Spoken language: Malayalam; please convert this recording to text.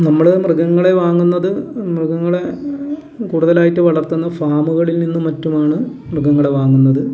നമ്മള് മൃഗങ്ങളെ വാങ്ങുന്നത് മൃഗങ്ങളെ കൂടുതലായിട്ടു വളർത്തുന്ന ഫാമുകളിൽനിന്നും മറ്റുമാണ് മൃഗങ്ങളെ വാങ്ങുന്നത്